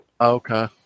Okay